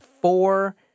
four